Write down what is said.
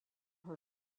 her